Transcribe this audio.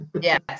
yes